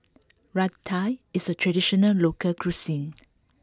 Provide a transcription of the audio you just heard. Raita is a traditional local cuisine